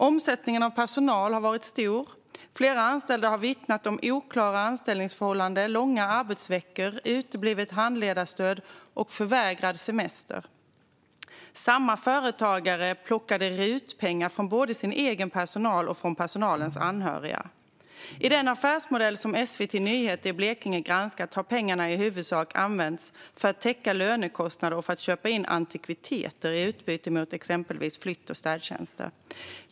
Omsättningen av personal har varit stor, och flera anställda har vittnat om oklara anställningsförhållanden, långa arbetsveckor, uteblivet handledarstöd och förvägrad semester. Samma företagare plockade RUT-pengar från både sin egen personal och personalens anhöriga. I den affärsmodell som SVT Nyheter i Blekinge granskat har pengarna i huvudsak använts för att täcka lönekostnader och köpa in antikviteter i utbyte mot exempelvis flytt och städtjänster.